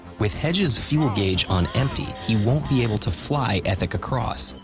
with hedge's fuel gauge on empty he won't be able to fly ethic across,